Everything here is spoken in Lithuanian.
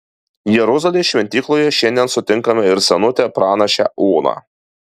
jeruzalės šventykloje šiandien sutinkame ir senutę pranašę oną